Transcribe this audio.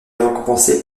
récompensés